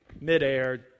midair